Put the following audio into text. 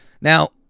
Now